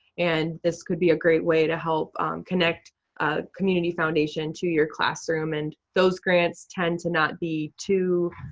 and this could be a great way to help connect community foundation to your classroom. and those grants tend to not be too